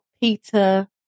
Peter